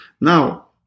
Now